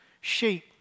sheep